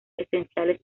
esenciales